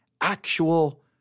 actual